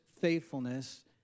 faithfulness